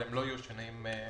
אבל הם לא יהיו שינויים מז'וריים.